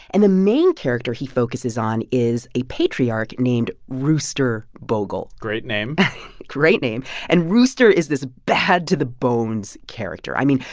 and the main character he focuses on is a patriarch named rooster bogle great name great name and rooster is this bad-to-the-bones character. i mean,